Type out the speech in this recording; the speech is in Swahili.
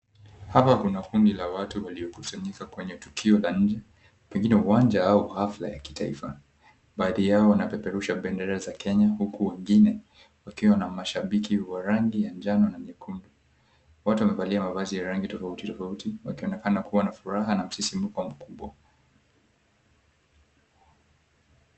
Hapa kuna kundi la watu waliokusanyika kwenye tukio la nje pengine uwanja au hafla ya kitaifa. Baadhi yao wanapeperusha bendera za Kenya huku wengine wakiwa na mashabiki wa rangi ya njano na nyekundu. Watu wamevalia mavazi tofauti tofauti wakionekana kuwa na furaha na msisimko mkubwa.